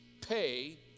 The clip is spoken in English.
Pay